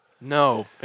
No